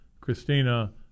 Christina